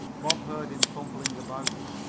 bob heard him fumbling about,